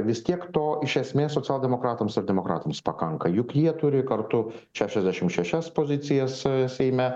vis tiek to iš esmės socialdemokratams ar demokratams pakanka juk jie turi kartu šešiasdešimt šešias pozicijas seime